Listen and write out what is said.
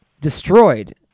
destroyed